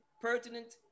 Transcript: pertinent